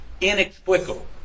inexplicable